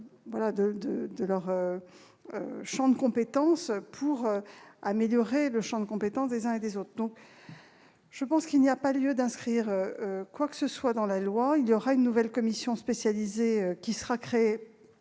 de leurs connaissances pour améliorer le champ de compétences des uns et des autres. Selon moi, il n'y a pas lieu d'inscrire quoi que ce soit dans la loi. Une nouvelle commission spécialisée sera créée